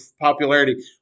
popularity